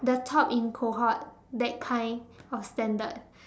the top in cohort that kind of standard